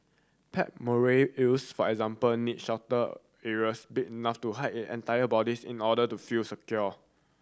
pet moray eels for example need shelter areas big enough to hide it entire bodies in order to feel secure